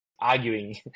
arguing